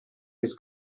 his